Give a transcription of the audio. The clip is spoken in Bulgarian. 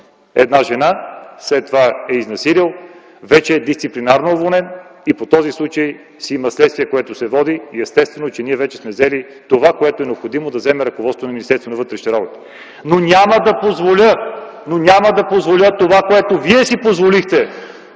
една жена, след това я изнасилил, вече е дисциплинарно уволнен. По този случай си има следствие, което се води. И естествено, че ние вече сме взели това, което е необходимо да вземе ръководството на Министерството на вътрешните работи. Но няма да позволя това, което вие си позволихте!